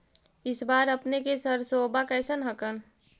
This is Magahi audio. इस बार अपने के सरसोबा कैसन हकन?